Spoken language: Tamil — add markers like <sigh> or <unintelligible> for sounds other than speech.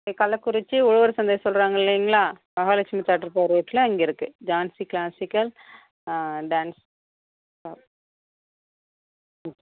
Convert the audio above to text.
கள்ளக்குறிச்சி உழவர் சந்தை சொல்கிறாங்க இல்லீங்களா மஹாலக்ஷ்மி தேட்ரு போகிற ரூட்டில் அங்கே இருக்குது ஜான்சி க்ளாசிக்கல் டான்ஸ் <unintelligible> ம்